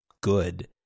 good